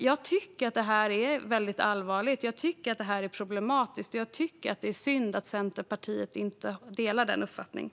Jag tycker att detta är väldigt allvarligt och problematiskt, och jag tycker att det är synd att Centerpartiet inte delar den uppfattningen.